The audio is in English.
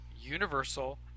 universal